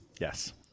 Yes